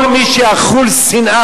כל מי שאכול שנאה